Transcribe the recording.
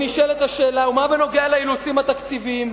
נשאלת השאלה, מה בנוגע לאילוצים התקציביים?